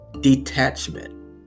detachment